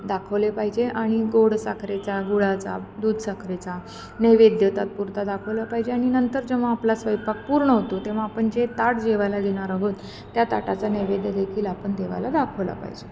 दाखवले पाहिजे आणि गोड साखरेचा गुळाचा दूध साखरेचा नैवेद्य तात्पुरता दाखवला पाहिजे आणि नंतर जेव्हा आपला स्वयंपाक पूर्ण होतो तेव्हा आपण जे ताट जेवायला देणार आहोत त्या ताटाचा नैवेद्य देेखील आपण देवाला दाखवला पाहिजे